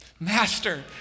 Master